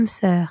sœur